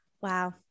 Wow